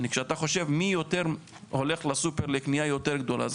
מי הולך לסופר לקנייה יותר גדולה זה